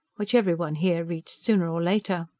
which everyone here reached sooner or later.